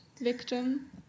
victim